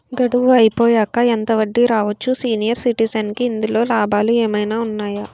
గడువు అయిపోయాక ఎంత వడ్డీ రావచ్చు? సీనియర్ సిటిజెన్ కి ఇందులో లాభాలు ఏమైనా ఉన్నాయా?